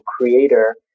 creator